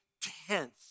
tenth